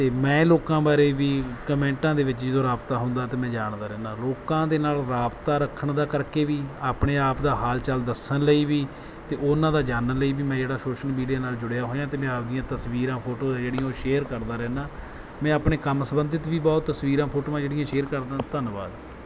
ਅਤੇ ਮੈਂ ਲੋਕਾਂ ਬਾਰੇ ਵੀ ਕਮੈਂਟਾਂ ਦੇ ਵਿੱਚ ਜਦੋਂ ਰਾਬਤਾ ਹੁੰਦਾ ਤਾਂ ਮੈਂ ਜਾਣਦਾ ਰਹਿੰਦਾ ਲੋਕਾਂ ਦੇ ਨਾਲ ਰਾਬਤਾ ਰੱਖਣ ਦਾ ਕਰਕੇ ਵੀ ਆਪਣੇ ਆਪ ਦਾ ਹਾਲ ਚਾਲ ਦੱਸਣ ਲਈ ਵੀ ਅਤੇ ਉਹਨਾਂ ਦਾ ਜਾਨਣ ਲਈ ਵੀ ਮੈਂ ਜਿਹੜਾ ਸ਼ੋਸ਼ਲ ਮੀਡੀਆ ਨਾਲ ਜੁੜਿਆ ਹੋਇਆ ਹਾਂ ਅਤੇ ਮੈਂ ਆਪਣੀਆਂ ਤਸਵੀਰਾਂ ਫੋਟੋਆਂ ਜਿਹੜੀਆਂ ਉਹ ਸ਼ੇਅਰ ਕਰਦਾ ਰਹਿੰਦਾ ਮੈਂ ਆਪਣੇ ਕੰਮ ਸੰਬੰਧਿਤ ਵੀ ਬਹੁਤ ਤਸਵੀਰਾਂ ਫੋਟੋਆਂ ਜਿਹੜੀਆਂ ਸ਼ੇਅਰ ਕਰਦਾ ਹਾਂ ਧੰਨਵਾਦ